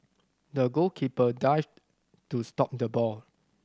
the goalkeeper dived to stop the ball